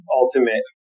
ultimate